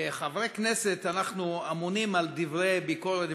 כחברי כנסת אנחנו אמונים על דברי ביקורת